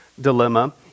dilemma